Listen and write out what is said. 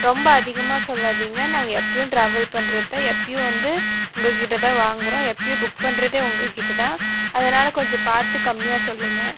ரொம்ப அதிகமா சொல்லாதீங்க நாங்கள் எப்போயும் டிராவல் பண்ணுறது தான் எப்போயும் வந்து உங்கக்கிட்ட தான் வாங்குறோம் எப்போயும் புக் பண்ணுறதே உங்கக்கிட்ட தான் அதனால கொஞ்சம் பார்த்து கம்மியாக சொல்லுங்கள்